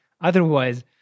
Otherwise